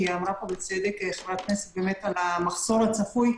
כי נאמר בצדק על המחסור הצפוי,